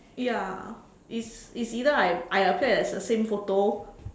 ya it's it's either I I appear as the same photo